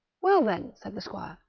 well, then, said the squire,